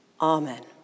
Amen